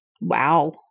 Wow